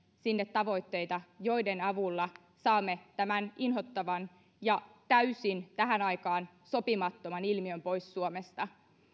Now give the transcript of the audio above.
tavoitteita joiden avulla saamme tämän inhottavan ja täysin tähän aikaan sopimattoman ilmiön pois suomesta